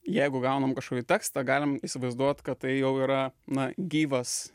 jeigu gaunam kažkokį tekstą galim įsivaizduot kad tai jau yra na gyvas